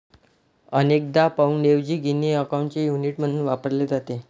अनेकदा पाउंडऐवजी गिनी अकाउंटचे युनिट म्हणून वापरले जाते